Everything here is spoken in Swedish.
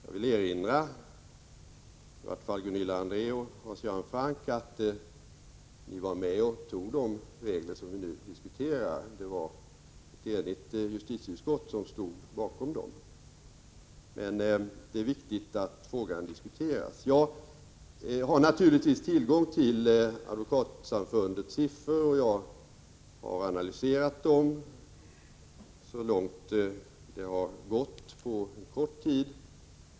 Jag vill erinra i varje fall Gunilla André och Hans Göran Franck om att de var med och antog de regler som vi nu diskuterar. Det var ett enigt justitieutskott som stod bakom dem. Men det är ändå viktigt att frågan diskuteras. Jag har naturligtvis tillgång till Advokatsamfundets siffror. Jag har analyserat dem så långt det har gått på en kort tid.